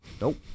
Nope